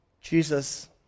Jesus